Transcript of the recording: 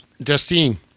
Justine